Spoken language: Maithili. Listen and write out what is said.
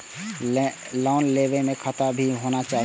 लोन लेबे में खाता भी होना चाहि?